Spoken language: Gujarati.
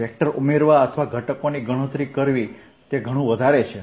વેક્ટર ઉમેરવા અથવા ઘટકોની ગણતરી કરવી તે ઘણું વધારે છે